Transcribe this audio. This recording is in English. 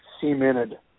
cemented